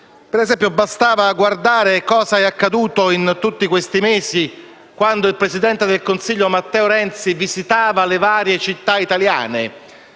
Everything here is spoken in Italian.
ad esempio, osservare cosa è accaduto in tutti questi mesi quando il presidente del Consiglio Matteo Renzi visitava le varie città italiane: